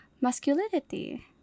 masculinity